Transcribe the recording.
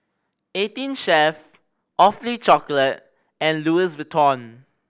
Eighteen Chef Awfully Chocolate and Louis Vuitton